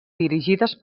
dirigides